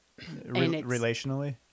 Relationally